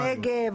נושאים כמו הנגב,